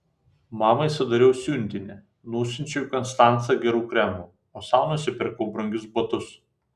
mamai sudariau siuntinį nusiunčiau į konstancą gerų kremų o sau nusipirkau brangius batus